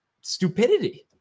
stupidity